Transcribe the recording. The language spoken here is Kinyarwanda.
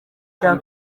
cya